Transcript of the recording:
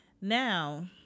Now